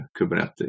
Kubernetes